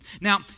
Now